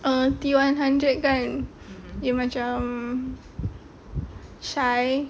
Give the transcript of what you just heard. ah T one hundred kan dia macam shy